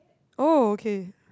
oh okay